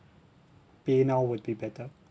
PayNow would be better